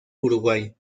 uruguay